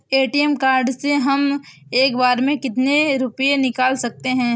ATM card से हम एक बार में कितने रुपये निकाल सकते हैं?